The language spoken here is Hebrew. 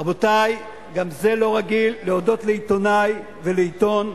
רבותי, גם זה לא רגיל, להודות לעיתונאי ולעיתון: